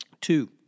Two